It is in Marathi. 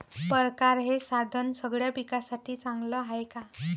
परकारं हे साधन सगळ्या पिकासाठी चांगलं हाये का?